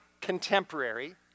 contemporary